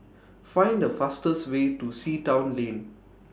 Find The fastest Way to Sea Town Lane